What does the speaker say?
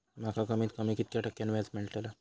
माका कमीत कमी कितक्या टक्क्यान व्याज मेलतला?